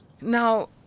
Now